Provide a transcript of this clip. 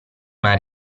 una